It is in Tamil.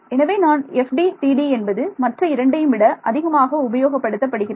எனவே நான் FDTD என்பது மற்ற இரண்டையும் விட அதிகமாக உபயோகப்படுத்தப்படுகிறது